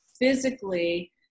physically